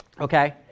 okay